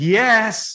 yes